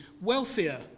wealthier